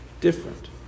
different